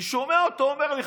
אני שומע אותו אומר לי,